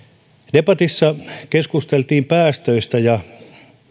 debatissa keskusteltiin päästöistä ja